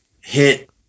hit